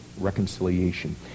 reconciliation